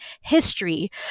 history